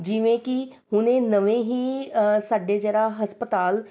ਜਿਵੇਂ ਕਿ ਹੁਣੇ ਨਵੇਂ ਹੀ ਸਾਡੇ ਜਿਹੜਾ ਹਸਪਤਾਲ